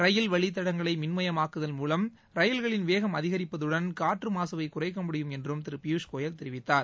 ரயில் வழித்தடங்களை மின்மயமாக்குதல் மூலம் ரயில்களின் வேகம் அதிகரிப்பதுடன் காற்று மாசுவை குறைக்க முடியும் என்று திரு பியூஸ்கோயல் தெரிவித்தார்